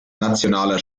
nationale